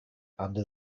under